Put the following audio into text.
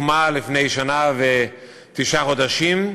והיא הוקמה לפני שנה ותשעה חודשים,